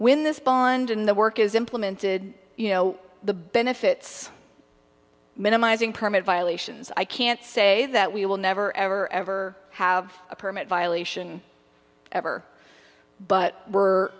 when this bond in the work is implemented you know the benefits minimizing permit violations i can't say that we will never ever ever have a permit violation ever but we're